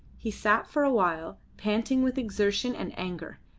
he sat for awhile panting with exertion and anger,